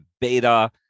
beta